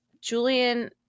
Julian